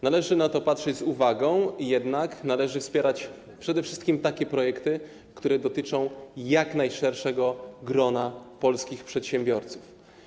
Należy na to patrzeć z uwagą, jednak należy wspierać przede wszystkim takie projekty, które dotyczą jak najszerszego grona polskich przedsiębiorców.